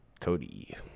Cody